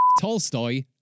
Tolstoy